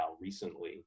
recently